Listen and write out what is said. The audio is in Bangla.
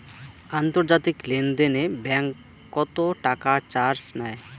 আন্তর্জাতিক লেনদেনে ব্যাংক কত টাকা চার্জ নেয়?